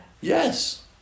Yes